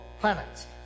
planets